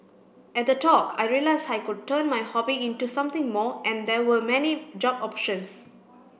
at the talk I realised I could turn my hobby into something more and there were many job options